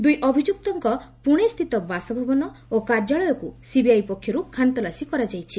ଦୁଇ ଅଭିଯୁକ୍ତଙ୍କ ପୁଣେ ସ୍ଥିତ ବାସଭବନ ଓ କାର୍ଯ୍ୟାଳୟକୁ ସିବିଆଇ ପକ୍ଷର୍ତ ଖାନତଲାସୀ କରାଯାଇଛି